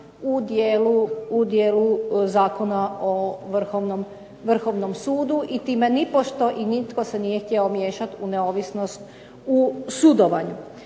u dijelu Zakona o Vrhovnom sudu i time nipošto i nitko se nije htio miješat u neovisnost u sudovanju.